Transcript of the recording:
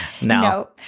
No